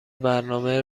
برنامه